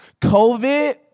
COVID